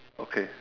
okay